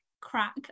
crack